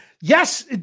yes